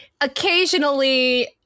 occasionally